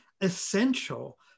essential